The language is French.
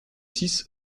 six